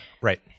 right